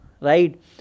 right